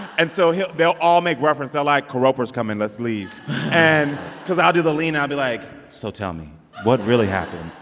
and so they'll all make reference. they're like, kar-oprah's coming. let's leave and because i do the lean, i'll be like, so tell me what really happened?